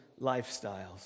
lifestyles